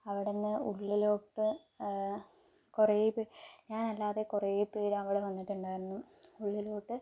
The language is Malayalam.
അവിടെ നിന്ന് ഉള്ളിലോട്ട് കുറേപ്പോയി ഞാനല്ലാതെ കുറേപേർ അവിടെ വന്നിട്ടുണ്ടായിരുന്നു ഉള്ളിലോട്ട്